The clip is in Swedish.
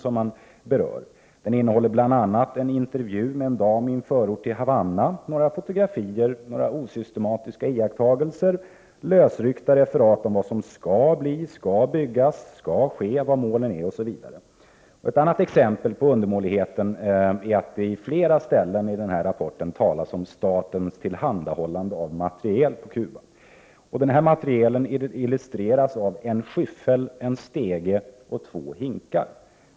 Rapporten innehåller bl.a. en intervju med en dam i en förort till Havanna, några fotografier, några osystematiska iakttagelser, lösryckta referat om vad som skall bli, skall byggas, skall ske, vilka målen är, osv. Ett annat exempel på undermåligheten är att det på flera ställen i rapporten talas om statens tillhandahållande av materiel på Cuba. Materielen illustreras med en skyffel, en stege och två hinkar.